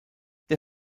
der